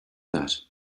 that